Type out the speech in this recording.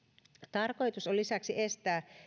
tarkoitus on lisäksi estää